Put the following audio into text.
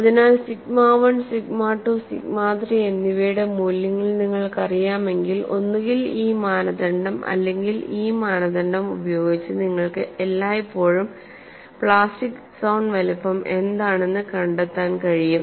അതിനാൽ sigma 1 sigma 2 sigma 3 എന്നിവയുടെ മൂല്യങ്ങൾ നിങ്ങൾക്കറിയാമെങ്കിൽ ഒന്നുകിൽ ഈ മാനദണ്ഡം അല്ലെങ്കിൽ ഈ മാനദണ്ഡം ഉപയോഗിച്ച് നിങ്ങൾക്ക് എല്ലായ്പ്പോഴും പ്ലാസ്റ്റിക് സോൺ വലുപ്പം എന്താണെന്ന് കണ്ടെത്താൻ കഴിയും